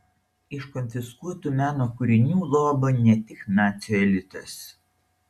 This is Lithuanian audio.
iš konfiskuotų meno kūrinių lobo ne tik nacių elitas